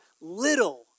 little